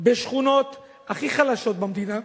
בשכונות הכי חלשות במדינה,